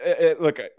Look